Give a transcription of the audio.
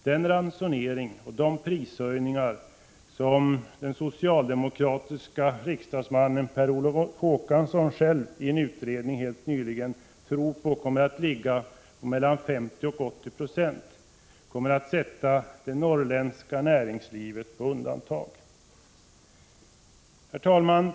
Den ransonering som blir följden och de prishöjningar som den socialdemokratiske riksdagsmannen Per Olof Håkansson själv i en utredning helt nyligen tror kommer att ligga mellan 50 och 80 20, kommer att sätta det norrländska näringslivet på undantag. Herr talman!